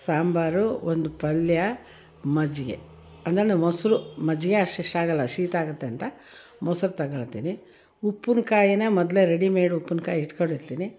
ಸಾಂಬಾರು ಒಂದು ಪಲ್ಯ ಮಜ್ಜಿಗೆ ಅಂದರೆ ನಾವು ಮೊಸರು ಮಜ್ಜಿಗೆ ಅಷ್ಟು ಇಷ್ಟಾಗಲ್ಲ ಶೀತ ಆಗುತ್ತೆ ಅಂತ ಮೊಸ್ರು ತಗೊಳ್ತೀನಿ ಉಪ್ಪಿನ್ಕಾಯಿನ ಮೊದಲೇ ರೆಡಿಮೆಡ್ ಉಪ್ಪಿನ್ಕಾಯಿ ಹಿಡ್ಕೊಂಡು ಇರ್ತೀನಿ